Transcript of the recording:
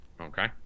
Okay